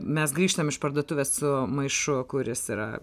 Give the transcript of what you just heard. mes grįžtam iš parduotuvės su maišu kuris yra